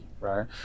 right